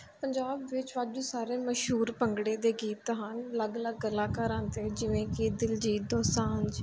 ਪੰਜਾਬ ਵਿੱਚ ਵਾਧੂ ਸਾਰੇ ਮਸ਼ਹੂਰ ਭੰਗੜੇ ਦੇ ਗੀਤ ਹਨ ਅਲੱਗ ਅਲੱਗ ਕਲਾਕਾਰਾਂ ਦੇ ਜਿਵੇਂ ਕਿ ਦਿਲਜੀਤ ਦੋਸਾਂਝ